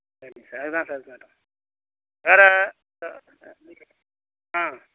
சரி சார் அதுக்குதான் சார் கேட்டேன் வேற ஆ